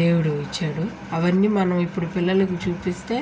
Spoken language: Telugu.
దేవుడు ఇచ్చాడు అవన్నీ మనం ఇప్పుడు పిల్లలలకు చూపిస్తే